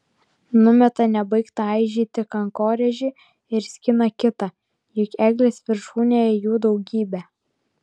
numeta nebaigtą aižyti kankorėžį ir skina kitą juk eglės viršūnėje jų daugybė